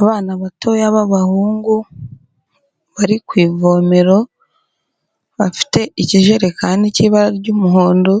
Abana batoya b'abahungu bari ku ivomero bafite ikijerekani cy'ibara ry'umuhondo,